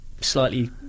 slightly